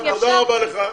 תודה רבה לך.